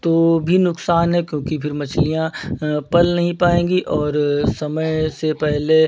तो भी नुकसान है क्योंकि फिर मछलियाँ पल नहीं पाऍंगी और समय से पहले